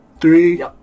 Three